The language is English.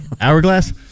Hourglass